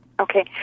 Okay